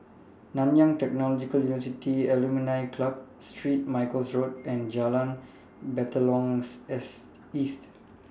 Nanyang Technological University Alumni Club Street Michael's Road and Jalan Batalong's S East